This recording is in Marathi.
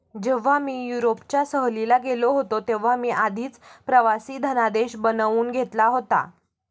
जेव्हा मी युरोपच्या सहलीला गेलो होतो तेव्हा मी आधीच प्रवासी धनादेश बनवून घेतला होता